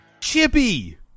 Chippy